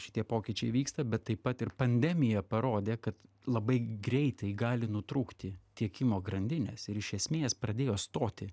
šitie pokyčiai vyksta bet taip pat ir pandemija parodė kad labai greitai gali nutrūkti tiekimo grandinės ir iš esmės pradėjo stoti